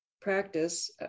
practice